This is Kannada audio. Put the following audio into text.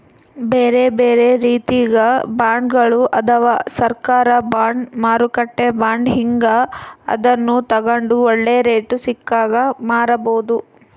ಬೇರೆಬೇರೆ ರೀತಿಗ ಬಾಂಡ್ಗಳು ಅದವ, ಸರ್ಕಾರ ಬಾಂಡ್, ಮಾರುಕಟ್ಟೆ ಬಾಂಡ್ ಹೀಂಗ, ಅದನ್ನು ತಗಂಡು ಒಳ್ಳೆ ರೇಟು ಸಿಕ್ಕಾಗ ಮಾರಬೋದು